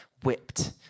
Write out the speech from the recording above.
whipped